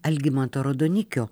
algimanto raudonikio